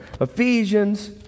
Ephesians